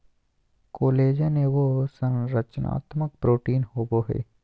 collagen एगो संरचनात्मक protein होबैय हइ